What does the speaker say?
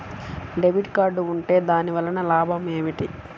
Debit card ఉంటే దాని వలన లాభం ఏమిటీ?